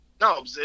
No